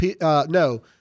no